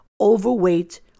overweight